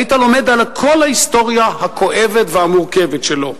היית לומד על כל ההיסטוריה הכואבת והמורכבת שלו.